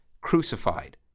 crucified